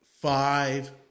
Five